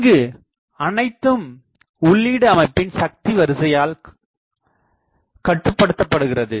இங்கு அனைத்தும் உள்ளீடு அமைப்பின் சக்தி வரிசையால் கட்டுபடுத்தப்படுகிறது